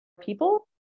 people